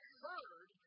heard